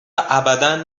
ابدا